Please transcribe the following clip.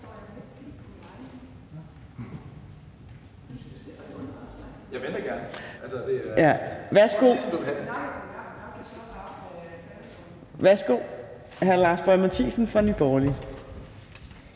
Værsgo til hr. Lars Boje Mathiesen fra Nye Borgerlige.